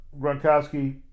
Gronkowski